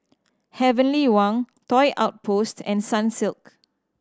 Heavenly Wang Toy Outpost and Sunsilk